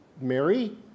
Mary